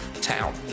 town